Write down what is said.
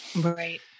right